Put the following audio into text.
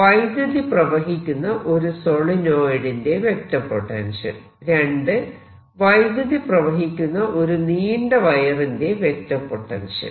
വൈദ്യുതി പ്രവഹിക്കുന്ന ഒരു സോളിനോയിഡ് ന്റെ വെക്റ്റർ പൊട്ടൻഷ്യൽ വൈദ്യുതി പ്രവഹിക്കുന്ന ഒരു നീണ്ട വയറിന്റെ വെക്റ്റർ പൊട്ടൻഷ്യൽ